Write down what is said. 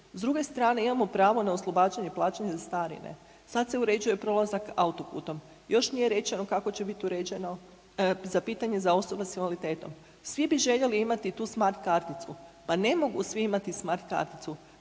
S druge strane imamo pravo na oslobađanje plaćanja cestarine, sad se uređuje prolazak autoputom još nije rečeno kako će biti uređeno za pitanje za osobe s invaliditetom. Svi bi željeli imati tu smart karticu, pa ne mogu svi imati smart karticu